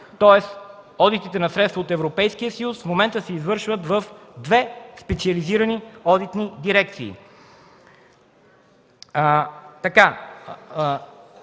тоест одитите на средства от Европейския съюз в момента се извършват в две специализирани одитни дирекции.